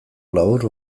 labur